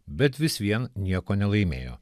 bet vis vien nieko nelaimėjo